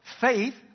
faith